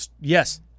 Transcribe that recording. Yes